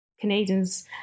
Canadians